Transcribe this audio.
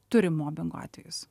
turi mobingo atvejus